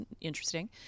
interesting